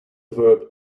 verb